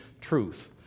truth